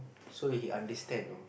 so he understand know